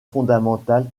fondamental